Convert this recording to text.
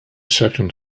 second